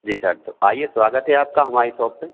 जी sir तो आइए स्वागत है आपका हमारी सॉप पे